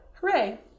Hooray